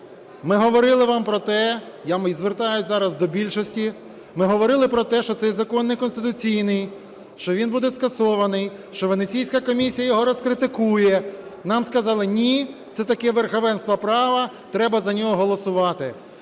ми говорили вам про те, я звертаюся зараз до більшості, ми говорили про те, що цей закон неконституційний, що він буде скасований, що Венеційська комісія його розкритикує. Нам сказали: ні, це таке верховенство права, треба за нього голосувати.